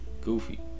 goofy